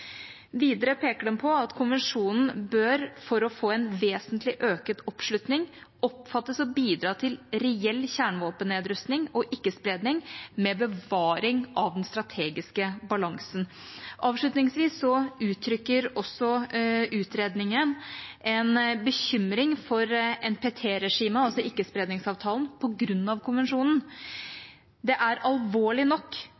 Videre peker den på at konvensjonen for å få en vesentlig økt oppslutning bør oppfattes å bidra til reell kjernevåpennedrustning og ikke-spredning med bevaring av den strategiske balansen. Avslutningsvis uttrykker utredningen en bekymring for NPT-regimet, altså ikkespredningsavtalen, på grunn av konvensjonen. Det er alvorlig nok